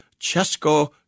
Cesco